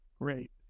Great